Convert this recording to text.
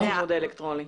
של הצימוד האלקטרוני?